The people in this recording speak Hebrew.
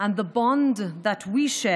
את התקווה.